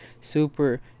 super